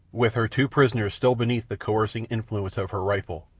with her two prisoners still beneath the coercing influence of her rifle,